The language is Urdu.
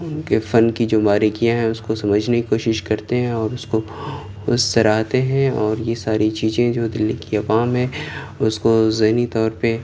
ان کے فن کی جو باریکیاں ہیں اس کو سمجھنے کی کوشش کرتے ہیں اور اس کو اس سراہتے ہیں اور یہ ساری چیزیں جو دلّی کی عوام ہے اس کو ذہنی طور پہ